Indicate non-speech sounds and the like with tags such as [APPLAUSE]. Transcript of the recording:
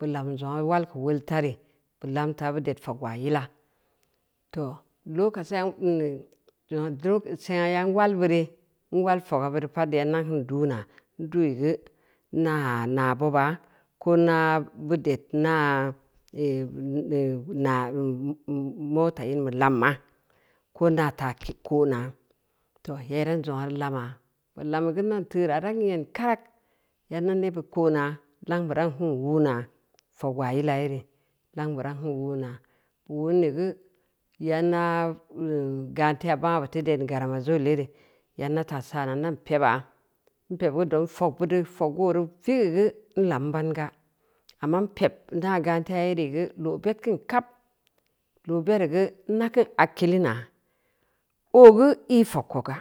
bu lam zongna wal keu weul ta re, bu lamta bud ed fogwaa yila, too, lakaciya nn uun sengna n wal bu re neual foga bureu pad yaneu kin du’ na, n du’igu, n naan aa boba, ko naa bud ed inaa [HESITATION] [UNINTELLIGIBLE] moto in bu lamma, ko naa ta ke’ ko’na, too yareun zongna yaan lama, lami geu nan teura dan nyed karak, yaneu nebbid ko’na, lang buran kan wunna gegwaa yila yere lang buran kau wuuna bu wuuneu geu, yanna hmm ganteya bangua buteu ded gramasale yere yana taa san nau peba, n peb bud au oo reu ve’igeu n lamn banga, amma n peb ganteya yerei geu lo’bed kin kab, lo bereu geu nakin hakila oogeu i’ fog koga